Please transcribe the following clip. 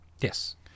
Yes